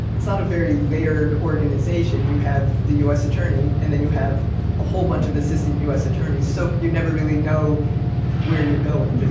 it's not a very layered organization. you have the us attorney, and then you have a whole bunch of assistant us attorneys, so you never really know where you're going.